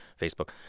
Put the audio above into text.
Facebook